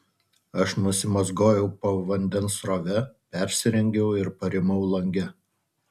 aš nusimazgojau po vandens srove persirengiau ir parimau lange